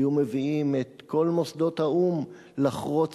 היו מביאים את כל מוסדות האו"ם לחרוץ